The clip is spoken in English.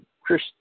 Chris